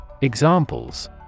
Examples